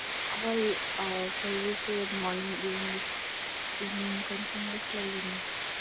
ꯑꯩꯈꯣꯏꯒꯤ ꯁ꯭ꯋꯥꯏꯒꯤꯁꯦ morning evening continuous ꯂꯩꯕꯅꯤ